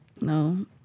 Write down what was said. No